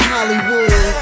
Hollywood